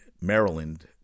Maryland